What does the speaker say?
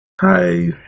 Hi